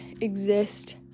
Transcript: exist